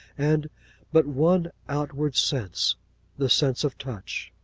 and but one outward sense the sense of touch.